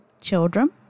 children